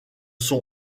son